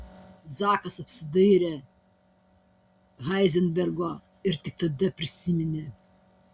zakas apsidairė heizenbergo ir tik tada prisiminė